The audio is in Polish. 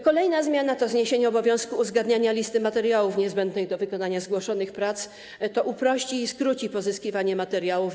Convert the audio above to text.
Kolejna zmiana to zniesienie obowiązku uzgadniania listy materiałów niezbędnych do wykonania zgłoszonych prac - to uprości i skróci pozyskiwanie materiałów.